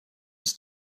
was